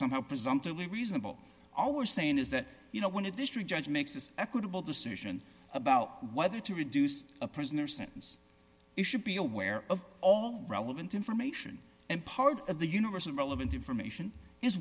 somehow presumptively reasonable all we're saying is that you know when a district judge makes this equitable decision about whether to reduce a prisoner sentence you should be aware of all relevant information and part of the universe and relevant information is